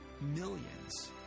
millions